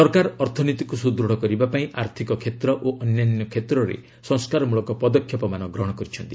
ସରକାର ଅର୍ଥନୀତିକୁ ସୁଦୃଢ଼ କରିବା ପାଇଁ ଆର୍ଥିକ କ୍ଷେତ୍ର ଓ ଅନ୍ୟାନ୍ୟ କ୍ଷେତ୍ରରେ ସଂସ୍କାରମଳକ ପଦକ୍ଷେପମାନ ଗ୍ରହଣ କରିଛନ୍ତି